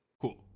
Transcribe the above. Cool